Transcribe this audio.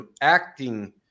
acting